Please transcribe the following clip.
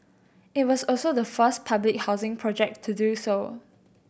it was also the first public housing project to do so